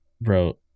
bro